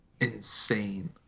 insane